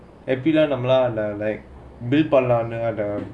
எப்படில்லாம் நம்பே:epdillaam nambae